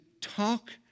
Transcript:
talk